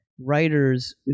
writers